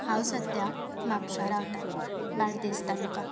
हांव सद्या म्हापशां रावतां बार्देस तालुकान